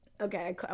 Okay